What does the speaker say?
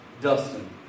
Dustin